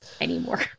anymore